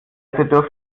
durfte